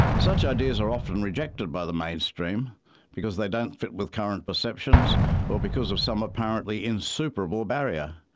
such ideas are often rejected by the mainstream because they don't fit with current perceptions or because of some apparently insuperable barrier.